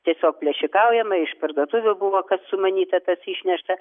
tiesiog plėšikaujama iš parduotuvių buvo kas sumanyta tas išnešta